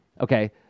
okay